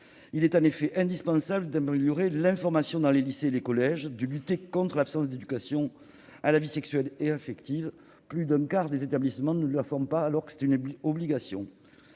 Il est en effet indispensable d'améliorer l'information dans les lycées et les collèges, et de lutter contre l'absence d'éducation à la vie sexuelle et affective. Plus d'un quart des établissements scolaires n'en dispensent pas, alors que c'est une obligation.